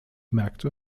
märkte